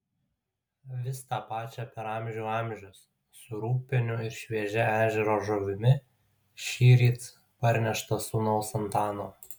vis tą pačią per amžių amžius su rūgpieniu ir šviežia ežero žuvimi šįryt parnešta sūnaus antano